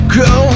go